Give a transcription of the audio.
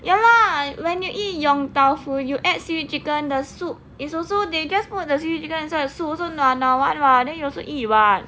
ya lah when you eat yong tau foo you add seaweed chicken the soup is also they just put the seaweed chicken inside the soup also nua nua [one] [what] then you also eat [what]